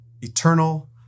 eternal